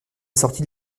sortie